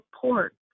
support